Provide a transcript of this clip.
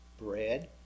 bread